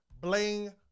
Bling